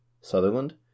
Sutherland